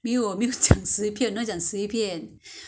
八片 eight pieces